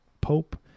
pope